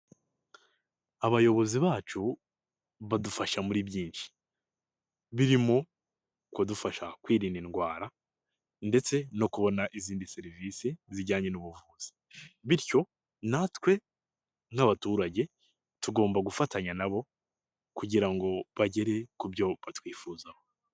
Abayobozi bacu badufasha muri byinshi birimo kudufasha kwirinda indwara ndetse no kubona izindi serivisi zijyanye n'ubuvuzi, bityo natwe nk'abaturage tugomba gufatanya nabo kugira ngo bagere ku byo batwifuzaho.